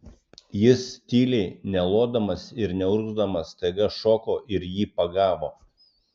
jis tyliai nelodamas ir neurgzdamas staiga šoko ir jį pagavo